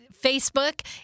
Facebook